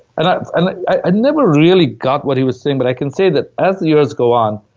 and i i ah never really got what he was saying, but i can say that as the years go on,